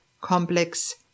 complex